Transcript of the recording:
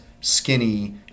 skinny